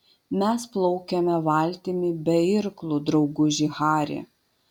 mes plaukiame valtimi be irklų drauguži hari